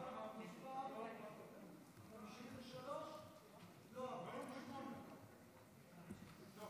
בבקשה.